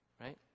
right